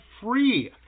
free